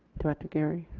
director geary.